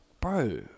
bro